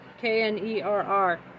K-N-E-R-R